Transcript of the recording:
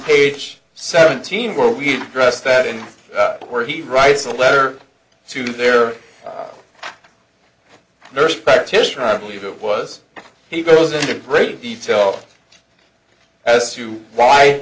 page seventeen where we press that in where he writes a letter to their nurse practitioner i believe it was he goes into great detail as to why